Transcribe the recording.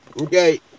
Okay